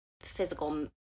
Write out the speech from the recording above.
physical